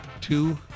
two